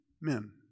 men